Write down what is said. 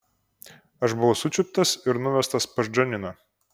aš buvau sučiuptas ir nuvestas pas džaniną